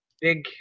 big